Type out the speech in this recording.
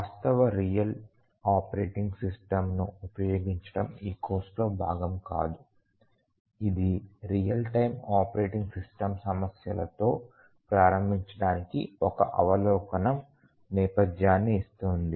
వాస్తవ real operating సిస్టమ్ను ఉపయోగించడం ఈ కోర్సులో భాగం కాదు ఇది రియల్ టైమ్ ఆపరేటింగ్ సిస్టమ్ సమస్యలతో ప్రారంభించడానికి ఒక అవలోకనం నేపథ్యాన్ని ఇస్తుంది